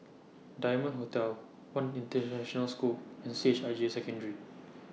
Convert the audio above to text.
Diamond Hotel one International School and C H I J Secondary